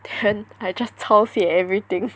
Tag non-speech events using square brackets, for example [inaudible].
then I just 抄写 everything [laughs]